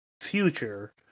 future